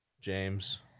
James